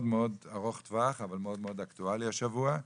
מאוד ארוך טווח אבל מאוד מאוד אקטואלי השבוע,